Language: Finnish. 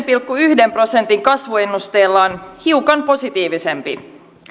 pilkku yhden prosentin kasvuennusteellaan hiukan positiivisempi